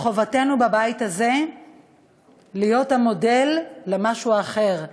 וחובתנו בבית הזה להיות המודל למשהו האחר,